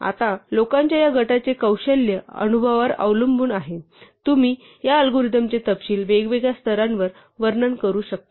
आता लोकांच्या या गटाचे कौशल्य आणि अनुभवावर अवलंबून तुम्ही या अल्गोरिदम चे तपशील वेगवेगळ्या स्तरांवर वर्णन करू शकता